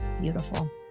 beautiful